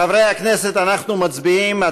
חברי הכנסת, אנחנו מצביעים.